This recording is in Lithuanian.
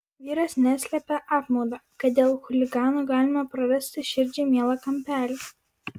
vyras neslėpė apmaudo kad dėl chuliganų galime prarasti širdžiai mielą kampelį